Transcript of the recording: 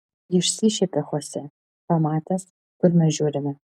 išsišiepė chose pamatęs kur mes žiūrime